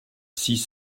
six